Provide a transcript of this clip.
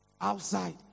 outside